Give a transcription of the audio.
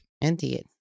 Indeed